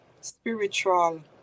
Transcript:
spiritual